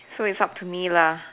so it's up to me lah